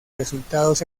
resultados